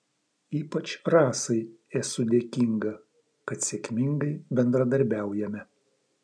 ypač rasai esu dėkinga kad sėkmingai bendradarbiaujame